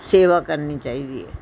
ਸੇਵਾ ਕਰਨੀ ਚਾਹੀਦੀ ਹੈ